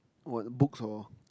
what books or